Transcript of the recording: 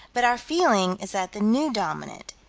but our feeling is that the new dominant,